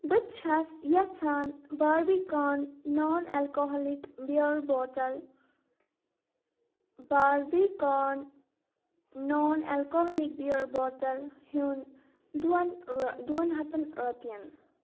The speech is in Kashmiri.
بہٕ چھس یژھان Barbican non alcoholic beer bottle Barbican non alcoholic beer bottle ہیوٚن دۄن رۄ دۄن ہَتَن رۄپیَن